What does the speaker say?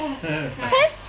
then